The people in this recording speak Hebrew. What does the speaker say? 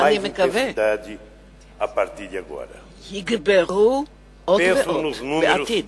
ואני מקווה שהם יגברו עוד ועוד בעתיד.